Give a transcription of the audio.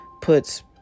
puts